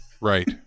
right